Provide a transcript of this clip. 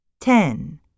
ten